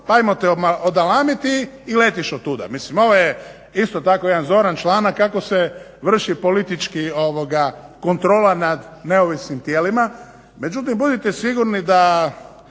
pa ajmo te odalamiti i letiš otuda. Mislim ovo je isto tako jedan zoran članak kako se vrši politički kontrola nad neovisnim tijelima. Međutim budite sigurni da